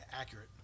accurate